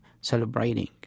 celebrating